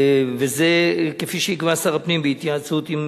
וזה כפי שיקבע שר הפנים בהתייעצות עם